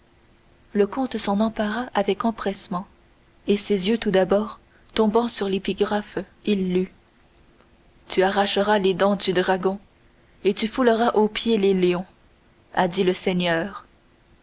le comte s'en empara avec empressement et ses yeux tout d'abord tombant sur l'épigraphe il lut tu arracheras les dents du dragon et tu fouleras aux pieds les lions a dit le seigneur